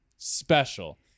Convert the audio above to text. special